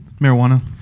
marijuana